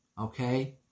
Okay